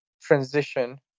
transition